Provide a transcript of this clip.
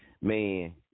man